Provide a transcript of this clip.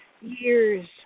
Years